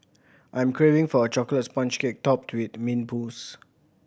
I'm craving for a chocolate sponge cake topped with mint mousse